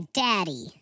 daddy